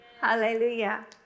Hallelujah